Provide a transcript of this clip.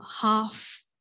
half